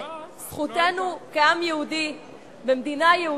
שזכותנו כעם יהודי במדינה יהודית,